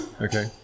Okay